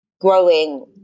growing